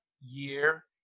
year